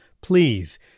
please